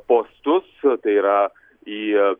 postus tai yra į